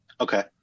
okay